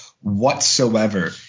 whatsoever